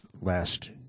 last